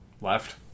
Left